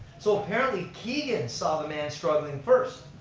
so apparently keegan saw the man struggling first.